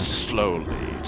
slowly